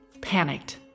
panicked